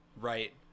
right